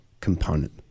component